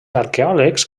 arqueòlegs